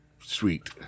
Sweet